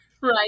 Right